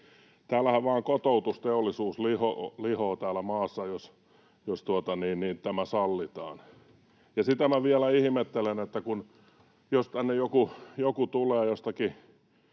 Tällähän vain kotoutusteollisuus lihoo tässä maassa, jos tämä sallitaan. Ja sitä minä vielä ihmettelen, että jos tänne joku tulee jostakin